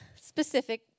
specific